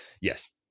yes